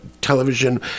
television